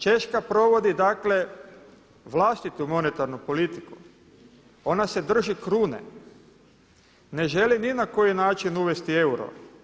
Češka provodi dakle vlastitu monetarnu politiku, ona se drži krune, ne žele ni na koji način uvesti euro.